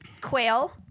quail